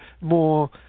more